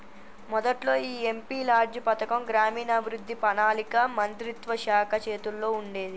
మొదట్లో ఈ MP LADS పథకం గ్రామీణాభివృద్ధి పణాళిక మంత్రిత్వ శాఖ చేతుల్లో ఉండేది